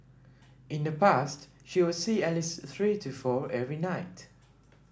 in the past she would see at least three to four every night